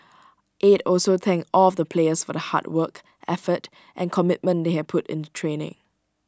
aide also thanked all of the players for the hard work effort and commitment they had put into training